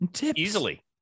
Easily